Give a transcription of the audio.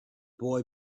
boy